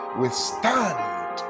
withstand